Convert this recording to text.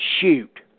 Shoot